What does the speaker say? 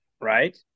right